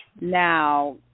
Now